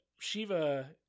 shiva